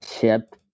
ship